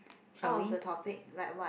out of the topic like what